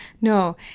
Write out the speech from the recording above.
No